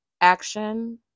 Action